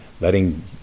letting